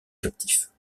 captifs